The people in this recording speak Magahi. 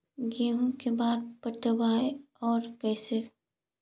गेहूं के बार पटैबए और कैसे?